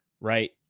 right